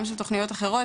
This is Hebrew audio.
גם של תוכניות אחרות,